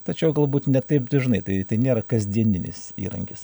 tačiau galbūt ne taip dažnai tai tai nėra kasdieninis įrankis